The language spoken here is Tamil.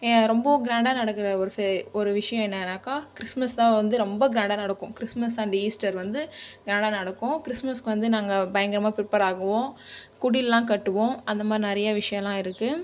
ரொம்பவும் கிராண்டாக நடக்கிற ஒரு விஷயம் என்னென்னாக்கா கிறிஸ்மஸ் தான் வந்து ரொம்ப கிராண்டாக நடக்குது கிறிஸ்துமஸ் அந்த அண்ட் ஈஸ்டர் வந்து நல்லா நடக்குது கிறிஸ்மஸ்க்கு வந்து நாங்கள் பயங்கரமாக பிரிப்பேர் ஆகுவோம் குடில்லா கட்டுவோம் அந்த மாதிரி நிறைய விஷயல்லாம் இருக்குது